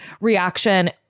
reaction